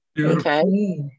Okay